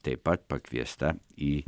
taip pat pakviesta į